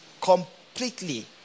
completely